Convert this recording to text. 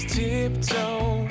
tiptoe